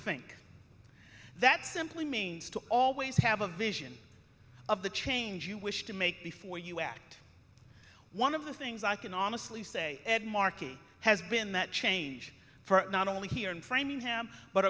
think that simply means to always have a vision of the change you wish to make before you act one of the things i can honestly say ed markey has been that change for not only here in framingham but